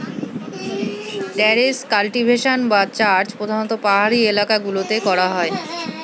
terrace cultivation বা চাষ প্রধানত পাহাড়ি এলাকা গুলোতে করা হয়